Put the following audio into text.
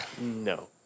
No